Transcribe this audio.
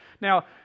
Now